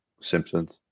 Simpsons